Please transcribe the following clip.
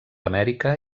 amèrica